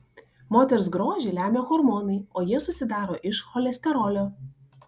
moters grožį lemia hormonai o jie susidaro iš cholesterolio